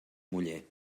muller